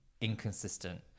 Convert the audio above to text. inconsistent